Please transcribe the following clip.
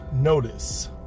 notice